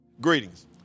Greetings